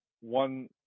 one